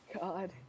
God